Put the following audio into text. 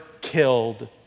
killed